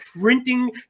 printing